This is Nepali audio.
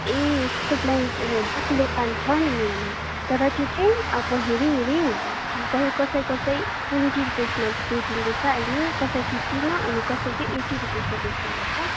ए यसको प्लान सक्कुलेन्ट प्लान्ट छ नि मेरोमा तर त्यो चाहिँ पहिल्यै हेरी हेरी हुन्छ कि कसै कसै ट्वेन्टी रुपिसमा बेचिँदैछ अहिले कसैलाई फिफ्टीमा अनि कसै चाहिँ एट्टी रुपिसमा बेचिँदैछ